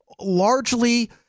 largely